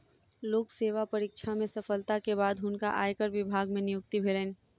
लोक सेवा परीक्षा में सफलता के बाद हुनका आयकर विभाग मे नियुक्ति भेलैन